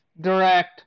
direct